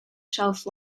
shelf